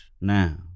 now